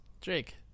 Jake